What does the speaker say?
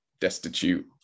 destitute